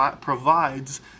provides